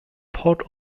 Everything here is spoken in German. port